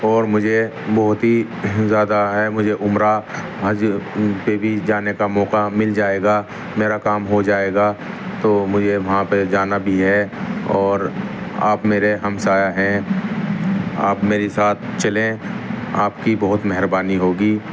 اور مجھے بہت ہی زیادہ ہے مجھے عمرہ حج پہ بھی جانے کا موقع مل جائے گا میرا کام ہو جائے گا تو مجھے وہاں پہ جانا بھی ہے اور آپ میرے ہمسایہ ہیں آپ میری ساتھ چلیں آپ کی بہت مہربانی ہوگی